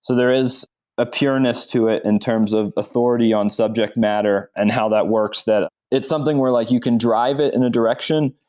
so there is a pureness to it in terms of authority on subject matter and how that works that it's something where like you can drive it in a direction,